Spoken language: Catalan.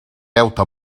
deute